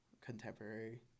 contemporary